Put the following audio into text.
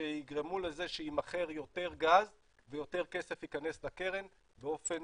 שיגרמו לזה שיימכר יותר גז ויותר כסף ייכנס לקרן באופן